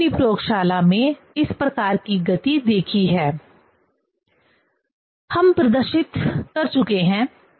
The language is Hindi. हमने अपनी प्रयोगशाला में इस प्रकार की गति देखी है हम प्रदर्शित चुके हैं